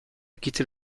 quitter